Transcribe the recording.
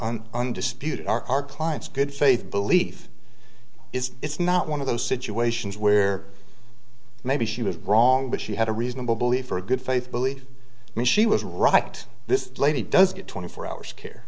undisputed are our client's good faith belief is it's not one of those situations where maybe she was wrong but she had a reasonable belief or a good faith believe me she was right this lady does get twenty four hours care